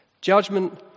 judgment